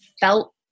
felt